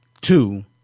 two